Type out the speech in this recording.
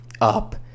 up